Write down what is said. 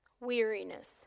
weariness